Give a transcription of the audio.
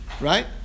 Right